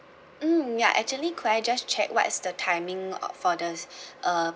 mm ya actually could I just check what is the timing of for the uh